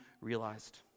realized